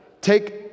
take